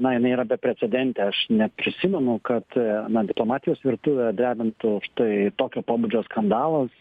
na jinai yra beprecedentė aš neprisimenu kad na diplomatijos virtuvę drebintų štai tokio pobūdžio skandalas